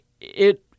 it-